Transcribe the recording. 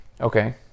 Okay